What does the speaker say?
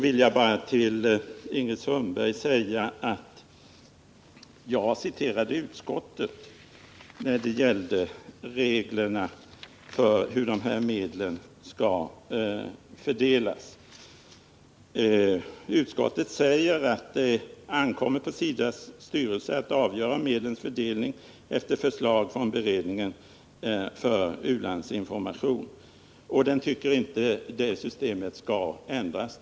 Till Ingrid Sundberg vill jag säga att jag citerade utskottet när det gällde reglerna för hur medlen till studieförbunden skall fördelas. Utskottet säger att det ankommer på SIDA:s styrelse att avgöra om medlens fördelning efter förslag från beredningen för u-landsinformation och tycker inte att det systemet skall ändras.